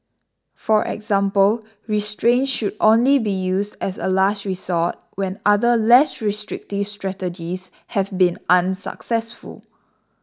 for example restraints should only be used as a last resort when other less restrictive strategies have been unsuccessful